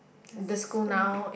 the school